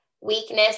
weakness